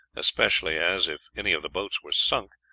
especially as, if any of the boats were sunk,